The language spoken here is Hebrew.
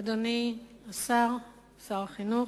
אדוני שר החינוך,